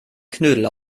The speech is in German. knödel